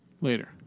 later